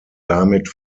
damit